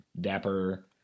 dapper